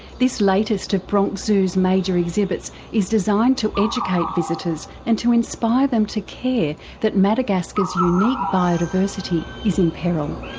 this latest of bronx zoos major exhibits is designed to educate visitors and to inspire them to care that madagascar's unique biodiversity is in peril.